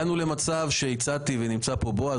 נמצא פה בועז,